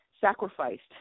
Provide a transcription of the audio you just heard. sacrificed